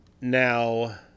Now